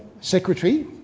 secretary